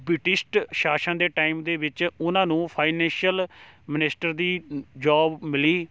ਬ੍ਰਿਟਿਸ਼ਟ ਸ਼ਾਸਨ ਦੇ ਟਾਈਮ ਦੇ ਵਿੱਚ ਉਹਨਾਂ ਨੂੰ ਫਾਈਨੈਂਸ਼ੀਅਲ ਮਨਿਸਟਰ ਦੀ ਜੋਬ ਮਿਲੀ